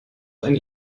eine